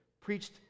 preached